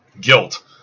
Guilt